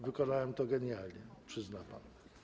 Wykonałem to genialnie, przyzna pan.